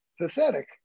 pathetic